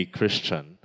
Christian